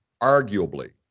arguably